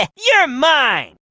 yeah you're mine